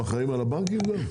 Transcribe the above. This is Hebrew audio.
הם אחראים על הבנקים גם?